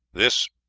this,